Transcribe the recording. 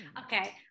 Okay